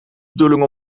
bedoeling